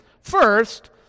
First